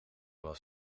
was